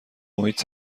محیط